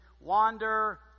Wander